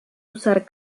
usar